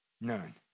none